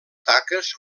taques